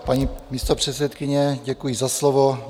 Paní místopředsedkyně, děkuji za slovo.